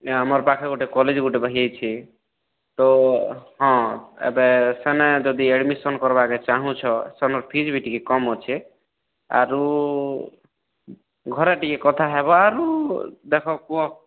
ଆମର୍ ପାଖେ ଗୁଟେ କଲେଜ୍ ହେଇଛି ତ ହଁ ଏବେ ସେନେ ଯଦି ଆଡ଼ମିସନ୍ କର୍ବାକେ ଚାହୁଁଛ ସେନେ ଫିସ୍ ବି ଟିକେ କମ୍ ଅଛେ ଆରୁ ଘରେ ଟିକେ କଥା ହେବା ଆରୁ ଦେଖ କୁହ